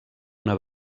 una